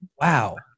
Wow